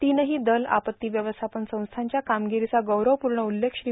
तिनही दल आपत्ती व्यवस्थापन संस्थाच्या कामगिरीचा गौरवपूर्ण उल्लेख श्री